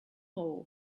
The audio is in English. all